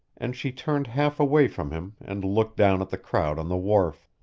and she turned half away from him and looked down at the crowd on the wharf.